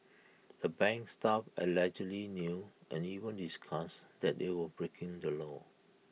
the bank's staff allegedly knew and even discussed that they were breaking the law